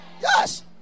Yes